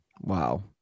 Wow